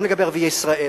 גם לגבי ערביי ישראל,